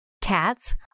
Cats